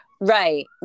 right